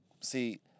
see